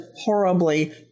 horribly